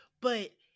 but-